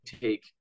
take